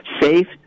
Safe